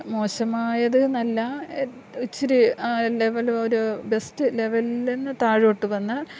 മോശമായത് നല്ല ഇച്ചിരി ആ ലെവല ഒരു ബെസ്റ്റ് ലെവലിൽ നിന്ന് താഴോട്ട് വന്നാൽ